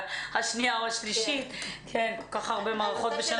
לפני השנייה או השלישית כל כך הרבה מערכות בשנה